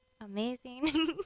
amazing